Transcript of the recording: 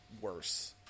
worse